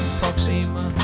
proxima